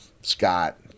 Scott